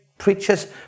Preachers